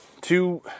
Two